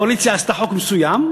הקואליציה עשתה חוק מסוים,